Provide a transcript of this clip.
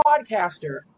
podcaster